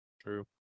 True